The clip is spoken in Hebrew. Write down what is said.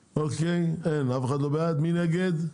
אין אף אחד לא בעד, מי נגד?